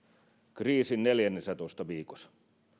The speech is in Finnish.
kriisin neljännessätoista viikossa